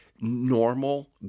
normal